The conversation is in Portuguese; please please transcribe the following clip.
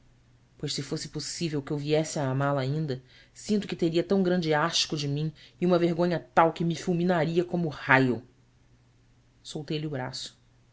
pois se fosse possível que eu viesse a amá-la ainda sinto que teria tão grande asco de mim e uma vergonha tal que me fulminaria como o raio soltei lhe o braço